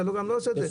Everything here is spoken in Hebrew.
אתה גם לא עושה את זה.